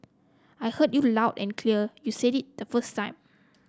I heard you loud and clear you said it the first time